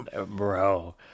bro